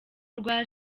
rwa